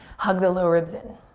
hug the lower ribs in.